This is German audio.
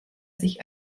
sich